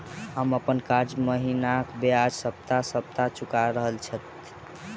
हम अप्पन कर्जा महिनाक बजाय सप्ताह सप्ताह चुका रहल छि